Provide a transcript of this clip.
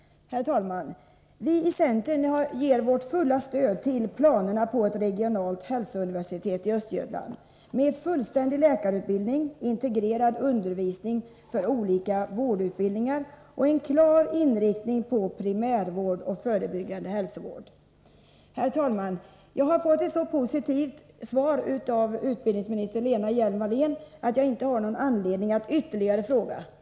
Herr talman! Vi i centern ger vårt fulla stöd till planerna på ett regionalt hälsouniversitet i Östergötland med fullständig läkarutbildning, integrerad undervisning för olika vårdutbildningar och en klar inriktning på primärvård och förebyggande hälsovård. Herr talman! Jag har fått ett så positivt svar av utbildningsminister Lena Hjelm-Wallén att jag inte har någon anledning att ställa en ytterligare fråga.